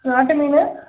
நாட்டு மீன்